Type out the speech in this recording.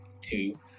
two